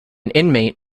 inmate